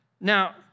Now